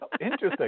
Interesting